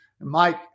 Mike